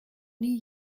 nie